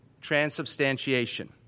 Transubstantiation